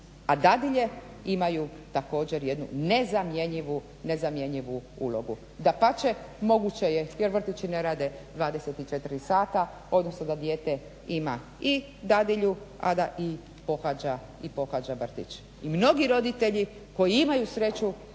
a dadilje imaju također jednu nezamjenjivu ulogu. Dapače, moguće je jer vrtići ne rade 24 sata, odnosno da dijete ima i dadilju, a da i pohađa vrtić. I mnogi roditelji koji imaju sreću